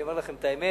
אני אומר לכם את האמת,